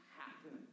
happen